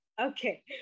Okay